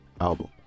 album